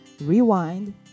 rewind